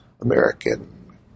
American